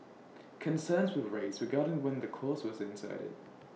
concerns were raised regarding when the clause was inserted